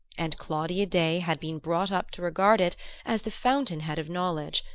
and claudia day had been brought up to regard it as the fountain-head of knowledge,